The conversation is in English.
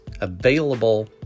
available